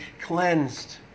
cleansed